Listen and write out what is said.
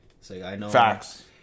Facts